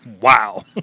Wow